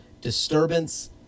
disturbance